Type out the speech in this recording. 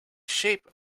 shape